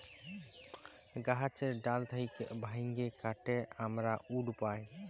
গাহাচের ডাল থ্যাইকে ভাইঙে কাটে আমরা উড পায়